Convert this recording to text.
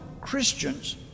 Christians